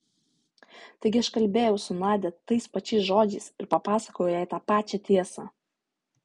taigi aš kalbėjau su nadia tais pačiais žodžiais ir papasakojau jai tą pačią tiesą